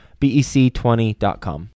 BEC20.com